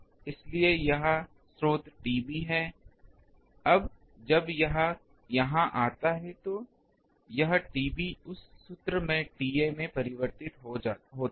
इसलिए यहाँ स्रोत TB है अब जब यह यहाँ आता है तो यह TB उस सूत्र द्वारा TA में परिवर्तित हो जाता है